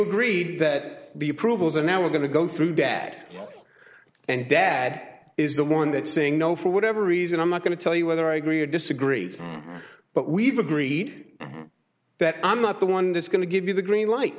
agreed that the approvals are now we're going to go through dad and dad is the one that saying no for whatever reason i'm not going to tell you whether i agree or disagree but we've agreed that i'm not the one that's going to give you the green light